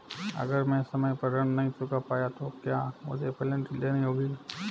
अगर मैं समय पर ऋण नहीं चुका पाया तो क्या मुझे पेनल्टी देनी होगी?